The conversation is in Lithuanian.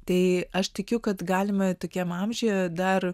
tai aš tikiu kad galima tokiam amžiuje dar